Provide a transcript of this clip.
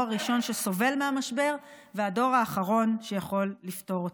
הראשון שסובל מהמשבר והדור האחרון שיכול לפתור אותו,